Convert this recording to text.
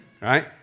Right